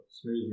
smooth